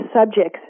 subjects